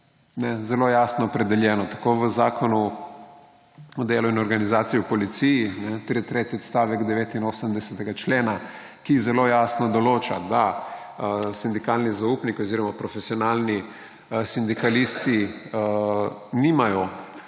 zelo jasno opredeljeno tako v Zakonu o delu in organizaciji v policiji, tretji odstavek 89. člena, ki zelo jasno določa, da sindikalni zaupniki oziroma profesionalni sindikalisti nimajo